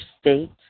state